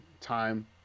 time